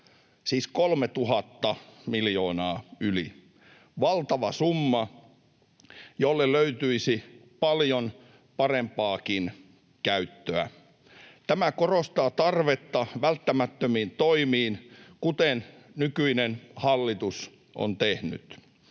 yli 3 000 miljoonaa — valtava summa, jolle löytyisi paljon parempaakin käyttöä. Tämä korostaa tarvetta välttämättömiin toimiin, kuten nykyinen hallitus on tehnyt.